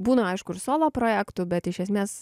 būna aišku ir solo projektų bet iš esmės